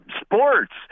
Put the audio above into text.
sports